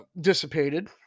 dissipated